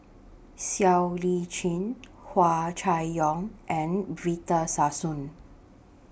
Siow Lee Chin Hua Chai Yong and Victor Sassoon